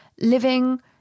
living